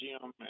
gym